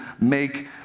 make